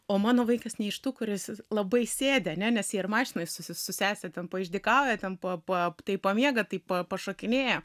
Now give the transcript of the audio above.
o mano vaikas ne iš tų kuris labai sėdi ane nes ir mašinoj su sese ten paišdykauja ten tai pamiega taip pat pašokinėja